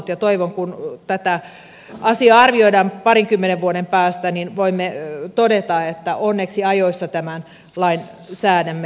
toivon että kun tätä asiaa arvioidaan parinkymmenen vuoden päästä voimme todeta että onneksi ajoissa tämän lain säädimme